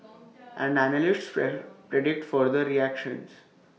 and analysts predict further ructions